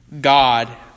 God